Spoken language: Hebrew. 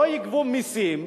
לא יגבו מסים,